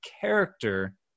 character